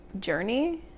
journey